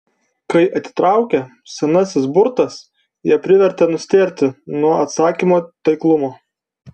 kai atitraukė senasis burtas ją privertė nustėrti nuo atsakymo taiklumo